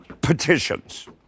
petitions